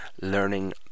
learning